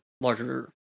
Larger